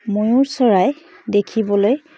ময়ুৰ চৰাই দেখিবলৈ